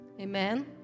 Amen